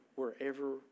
wherever